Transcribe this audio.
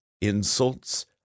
insults